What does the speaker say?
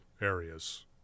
areas